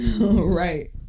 Right